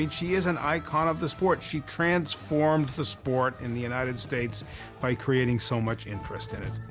and she is an icon of the sport, she transformed the sport in the united states by creating so much interest in it.